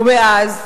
ומאז,